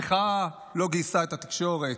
המחאה לא גייסה את התקשורת,